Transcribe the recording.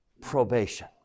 probation